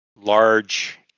large